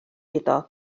iddo